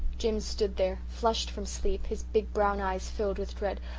jims stood there, flushed from sleep, his big brown eyes filled with dread,